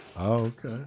okay